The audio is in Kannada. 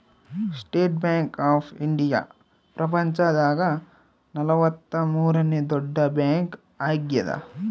ಸ್ಟೇಟ್ ಬ್ಯಾಂಕ್ ಆಫ್ ಇಂಡಿಯಾ ಪ್ರಪಂಚ ದಾಗ ನಲವತ್ತ ಮೂರನೆ ದೊಡ್ಡ ಬ್ಯಾಂಕ್ ಆಗ್ಯಾದ